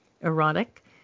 Erotic